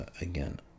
again